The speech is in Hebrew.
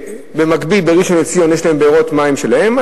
ובמקביל בראשון-לציון יש להם בארות מים שלהם,